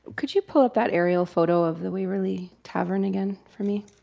could you pull up that aerial photo of the waverly tavern again for me?